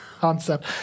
concept